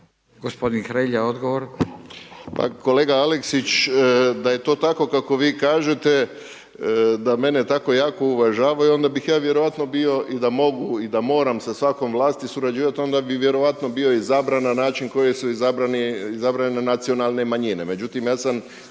Gospodin Hrelja odgovor.